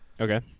Okay